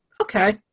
okay